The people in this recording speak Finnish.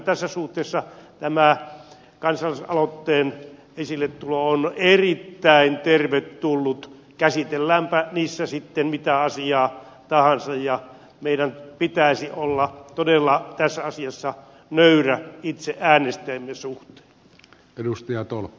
tässä suhteessa tämä kansalaisaloitteen esilletulo on erittäin tervetullut käsitelläänpä aloitteissa sitten mitä asiaa tahansa ja meidän pitäisi olla todella tässä asiassa nöyriä itse äänestäjiemme suhteen